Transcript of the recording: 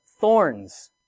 thorns